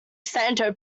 sancho